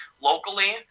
locally